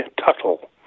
Tuttle